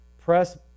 Press